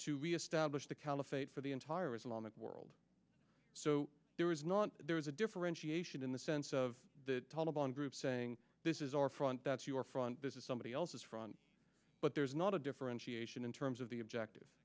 to reestablish the caliphate for the entire islamic world so there is not there is a differentiation in the sense of the taliban groups saying this is our front that's your front this is somebody else's front but there's not a differentiation in terms of the objective